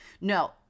No